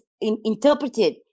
interpreted